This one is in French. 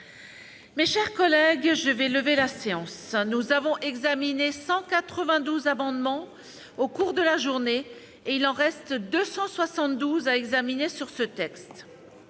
Mes chers collègues, je vais lever la séance. Nous avons examiné 192 amendements au cours de la journée ; il en reste 272. La suite de